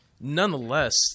nonetheless